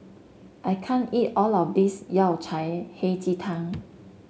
I can't eat all of this Yao Cai Hei Ji Tang